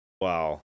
Wow